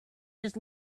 just